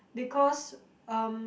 because um